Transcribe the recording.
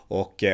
och